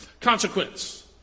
consequence